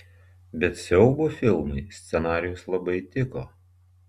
bet siaubo filmui scenarijus labai tiko